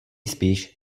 spíš